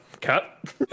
cut